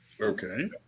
Okay